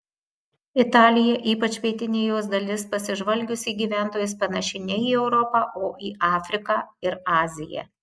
italija ypač pietinė jos dalis pasižvalgius į gyventojus panaši ne į europą o į afriką ir aziją